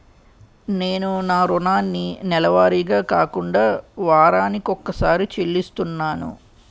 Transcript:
నేను నా రుణాన్ని నెలవారీగా కాకుండా వారాని కొక్కసారి చెల్లిస్తున్నాను